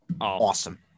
awesome